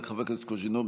חבר הכנסת קוז'ינוב,